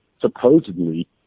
supposedly